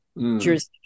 jurisdiction